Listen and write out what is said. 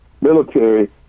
military